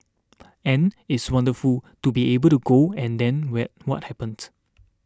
and it's wonderful to be able to go and then wet what happened